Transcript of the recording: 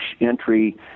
entry